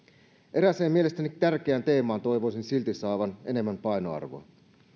erään mielestäni tärkeän teeman toivoisin silti saavan enemmän painoarvoa